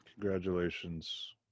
Congratulations